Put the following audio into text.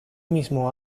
mismo